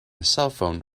cellphone